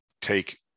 take